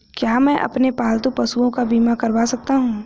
क्या मैं अपने पालतू पशुओं का बीमा करवा सकता हूं?